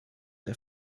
der